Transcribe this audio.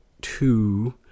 two